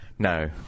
No